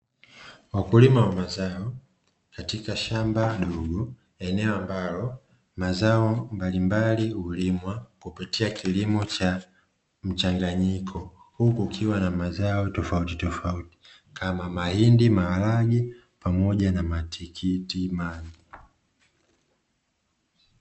Wakulima wa mazao katika shamba dogo eneo ambalo mazao mbalimbali hulimwa kupitia kilimo cha mchanganyiko, huku kukiwa na mazao tofautitofauti kama mahindi, maharage pamoja na matikiti maji.